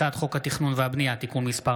5 נאומים בני דקה 6 בועז טופורובסקי (יש עתיד):